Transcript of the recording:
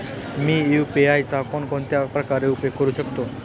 मी UPI चा कोणकोणत्या प्रकारे उपयोग करू शकतो?